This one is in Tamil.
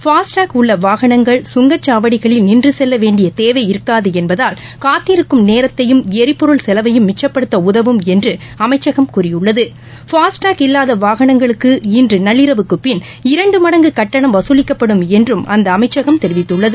பாஸ்டேக் உள்ளவாகனங்கள் சுங்கச்சாவடிகளில் நின்றுசெல்லவேண்டியதேவை இருக்காதுஎன்பதால் காத்திருக்கும் நேரத்தையும் எரிபொருள் செலவையும் மிச்சப்படுத்தஉதவும் என்றுஅமைச்சகம் கூறியுள்ளது பாஸ்டேக் இல்லாதவாகனங்களுக்கு இன்றுநள்ளிரவுக்குப்பின் இரண்டுமடங்குட்டணம் வகுலிக்கப்படும் என்றும் அந்தஅமைச்சகம் தெரிவித்துள்ளது